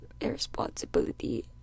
irresponsibility